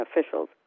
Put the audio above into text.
officials